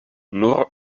nur